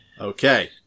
Okay